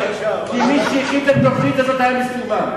כי מי שהכין את התוכנית הזאת היה מסומם,